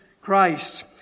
Christ